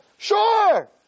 Sure